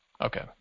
Okay